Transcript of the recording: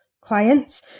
clients